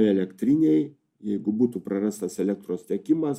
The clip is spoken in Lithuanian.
elektrinėj jeigu būtų prarastas elektros tiekimas